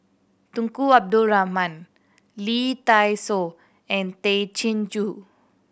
Tunku Abdul Rahman Lee Dai Soh and Tay Chin Joo